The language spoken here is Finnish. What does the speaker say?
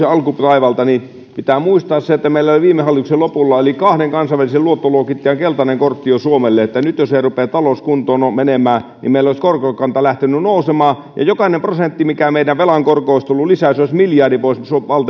alkutaivalta niin pitää muistaa se että meillä viime hallituksen lopulla oli jo kahden kansainvälisen luottoluokittajan keltainen kortti suomelle jos ei olisi ruvennut talous kuntoon menemään niin meillä olisi korkokanta lähtenyt nousemaan ja jokainen prosentti mikä meidän velan korkoon olisi tullut lisää olisi ollut miljardi pois